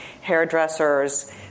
hairdressers